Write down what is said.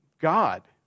God